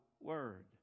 Word